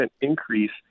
increase